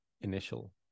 initial